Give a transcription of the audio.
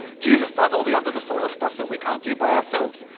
jesus does all the under the soil stuff that we can't do by ourselves.